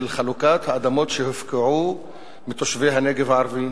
של חלוקת האדמות שהופקעו מתושבי הנגב הערבים,